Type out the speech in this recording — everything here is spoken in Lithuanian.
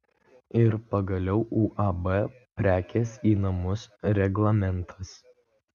ir pagaliau uab prekės į namus reglamentas